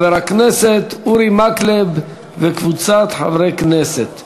להצעה לסדר-היום ולהעביר את הנושא לוועדת החוץ והביטחון נתקבלה.